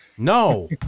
No